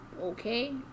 okay